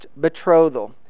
betrothal